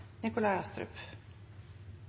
Nikolai Astrup